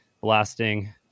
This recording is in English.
blasting